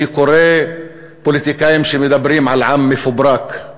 אני קורא פוליטיקאים שמדברים על עם מפוברק,